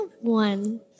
one